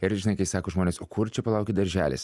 ir žinai kai sako žmonės o kur čia palaukit darželis